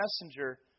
messenger